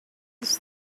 does